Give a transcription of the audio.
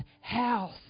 house